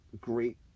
great